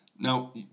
Now